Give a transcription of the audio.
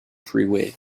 freeway